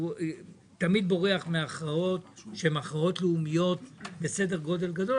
הוא תמיד בורח מהכרעות שהן הכרעות לאומיות בסדר גודל גדול,